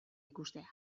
ikustea